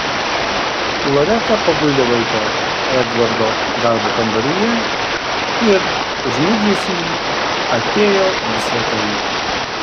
loreta paguldė vaiką edvardo darbo kambaryje ir užmigdžiusi jį atėjo į svetainę